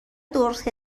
درست